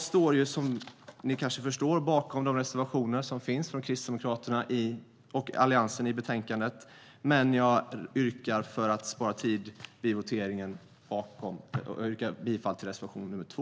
Som ni förstår står jag bakom reservationerna från Kristdemokraterna och Alliansen i betänkandet, men för att spara tid vid voteringen yrkar jag bifall bara till reservation 2.